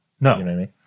No